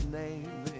name